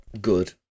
good